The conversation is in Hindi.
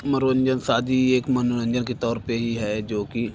मरोरंजन शादी एक मनोरंजन के तौर पर ही है जो कि